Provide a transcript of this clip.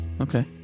Okay